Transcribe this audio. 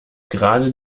gerade